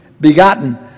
begotten